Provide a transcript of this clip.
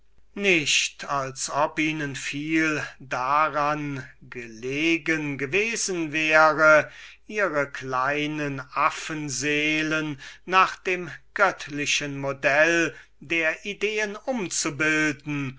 nicht als ob ihnen viel daran gelegen gewesen wäre ihre kleinen affen seelen nach dem göttlichen modell der ideen umzubilden